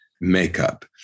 Makeup